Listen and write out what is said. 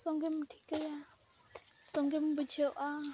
ᱥᱚᱸᱜᱮᱢ ᱴᱷᱤᱠᱟᱹᱭᱟ ᱥᱚᱸᱜᱮᱢ ᱵᱩᱡᱷᱟᱹᱜᱼᱟ